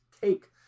take